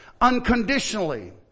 Unconditionally